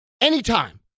anytime